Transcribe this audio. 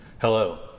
Hello